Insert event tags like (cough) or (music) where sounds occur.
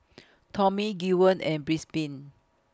Tommie Gwen and (unintelligible)